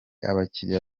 abakiriya